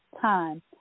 Time